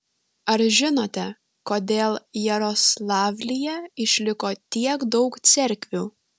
ar žinote kodėl jaroslavlyje išliko tiek daug cerkvių